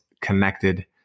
connected